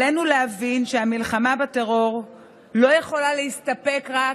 עלינו להבין שהמלחמה בטרור לא יכולה להסתפק רק